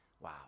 Wow